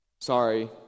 sorry